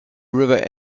river